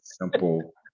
simple